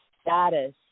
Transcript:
status